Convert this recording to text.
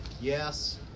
Yes